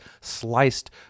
sliced